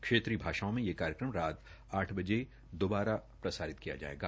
क्षेत्रीय भाषाओं में यह कार्यक्रम रात आठ बजे दोबारा प्रसारित किया जायेगा